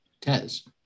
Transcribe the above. Tez